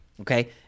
okay